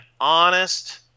honest